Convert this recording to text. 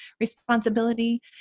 responsibility